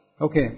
Okay